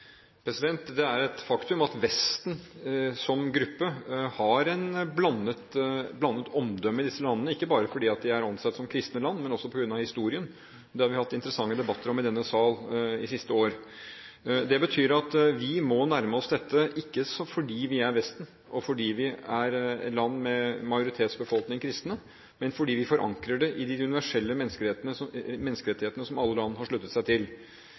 Det er et faktum at Vesten som gruppe har et blandet omdømme i disse landene, ikke bare fordi de er ansett som kristne land, men også på grunn av historien. Det har vi hatt interessante debatter om i denne sal i siste år. Det betyr at vi må nærme oss dette ikke fordi vi er Vesten, eller fordi vi er land med en kristen majoritetsbefolkning, men fordi vi forankrer det i de universelle menneskerettighetene som alle land har sluttet seg til.